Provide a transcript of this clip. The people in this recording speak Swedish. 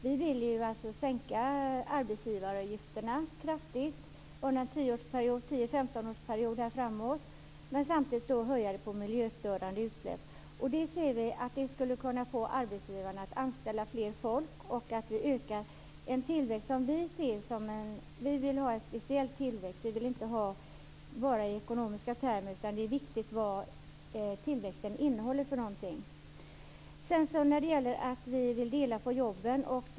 Vi vill sänka arbetsgivaravgifterna kraftigt under en 10-15 årsperiod men samtidigt höja avgifterna på miljöstörande utsläpp. Vi menar att det skulle kunna få arbetsgivarna att anställa flera, vilket skulle öka tillväxten. Vi vill ha en speciell form av tillväxt, en tillväxt inte bara i ekonomiska termer. Det är viktigt vad tillväxten innehåller. Det är självklart att vi vill att man skall dela på jobben.